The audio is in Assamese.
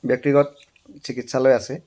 ব্যক্তিগত চিকিৎসালয় আছে